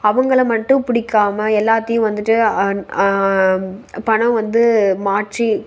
அவங்களை மட்டும் பிடிக்காம எல்லாத்தையும் வந்துட்டு பணம் வந்து மாற்றி